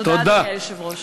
תודה, אדוני היושב-ראש.